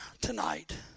tonight